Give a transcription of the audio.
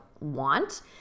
want